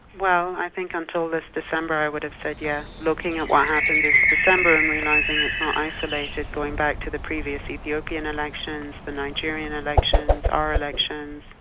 well i think until this december i would have said yes. yeah looking at what happened this december and realising it's not isolated, going back to the previous ethiopian elections, the nigerian elections, our elections,